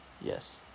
Yes